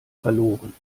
verloren